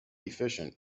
efficient